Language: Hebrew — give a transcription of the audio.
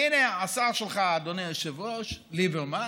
והינה השר שלך, אדוני היושב-ראש, ליברמן,